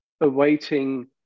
awaiting